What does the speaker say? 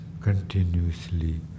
continuously